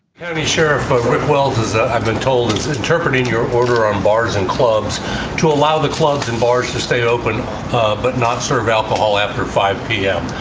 county sheriff well, as i've been told, is interpreting your order. um bars and clubs to allow the clubs and bars to stay open but not serve alcohol after five p m.